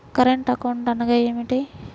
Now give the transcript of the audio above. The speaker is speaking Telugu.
కరెంట్ అకౌంట్ అనగా ఏమిటి?